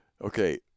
okay